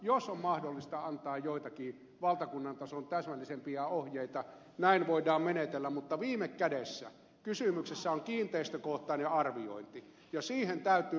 jos on mahdollista antaa joitakin valtakunnantason täsmällisempiä ohjeita näin voidaan menetellä mutta viime kädessä kysymyksessä on kiinteistökohtainen arviointi ja siihen täytyy panostaa